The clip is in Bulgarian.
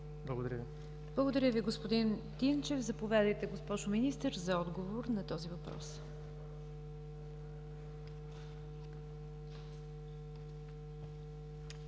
Благодаря Ви, господин Тинчев. Заповядайте, госпожо Министър, за отговор на този въпрос